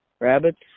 rabbits